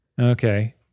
Okay